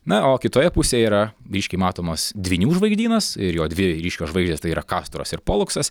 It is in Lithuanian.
na o kitoje pusėje yra blyškiai matomas dvynių žvaigždynas ir jo dvi ryškios žvaigždės tai yra kastoras ir poluksas